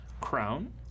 crown